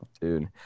dude